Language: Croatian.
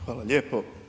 Hvala lijepo.